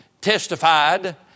testified